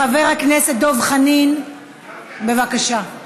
חבר הכנסת דב חנין, בבקשה.